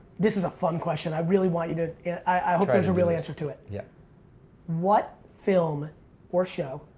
this is a fun question, i really want you to i hope there's a real answer to it. yeah what film or show,